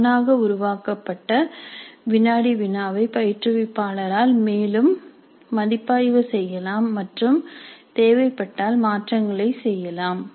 தானாக உருவாக்கப்பட்ட வினாடி வினாவை பயிற்றுவிப்பாளரால் மேலும் மதிப்பாய்வு செய்யலாம் மற்றும் தேவைப்பட்டால் மாற்றங்களைச் செய்யலாம்